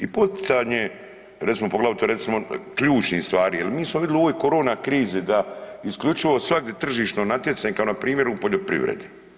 I poticanje recimo poglavito recimo ključnih stvari jer mi smo vidli u ovoj korona krizi da isključivo svagdi tržišno natjecanje kao npr. u poljoprivredi.